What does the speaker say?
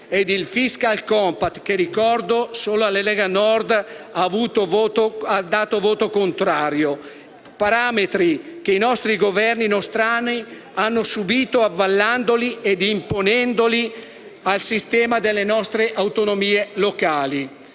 il *fiscal compact*, a cui - lo ricordo - solo la Lega Nord ha dato voto contrario; parametri che i Governi nostrani hanno subito, avallando e imponendoli al sistema delle autonomie locali.